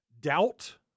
doubt